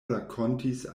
rakontis